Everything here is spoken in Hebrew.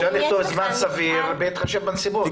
אפשר למצוא זמן סביר בהתחשב בנסיבות.